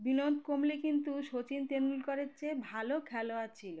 বিনোদ কাম্বলি কিন্তু শচীন তেন্ডুলকরের চেয়ে ভালো খেলোয়াড় ছিল